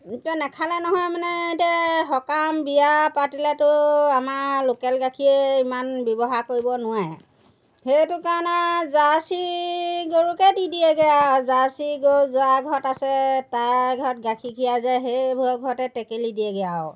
এতিয়া নাখালে নহয় মানে এতিয়া এই সকাম বিয়া পাতিলেতো আমাৰ লোকেল গাখীৰে ইমান ব্যৱহাৰ কৰিব নোৱাৰে সেইটো কাৰণে জাৰ্ছি গৰুকে দি দিয়েগৈ আৰু জাৰ্ছি গৰু যাৰ ঘৰত আছে তাৰ ঘৰত গাখীৰ খীৰাই যে সেইবোৰৰ ঘৰতে টেকেলি দিয়েগৈ আৰু